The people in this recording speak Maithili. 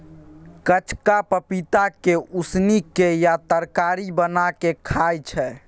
कचका पपीता के उसिन केँ या तरकारी बना केँ खाइ छै